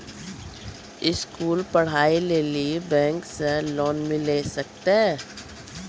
स्कूली पढ़ाई लेली बैंक से लोन मिले सकते?